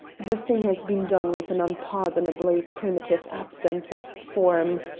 the thing has been done with an unpardonably primitive absence of form.